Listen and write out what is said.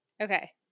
Okay